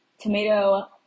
tomato